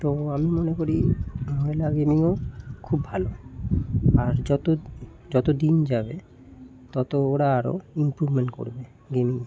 তো আমি মনে করি মহিলা গেমিংও খুব ভালো আর যতো যতো দিন যাবে তত ওরা আরো ইমপ্রুভমেন্ট করবে গেমিংয়ে